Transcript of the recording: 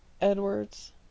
Edwards